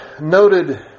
noted